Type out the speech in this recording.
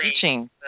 teaching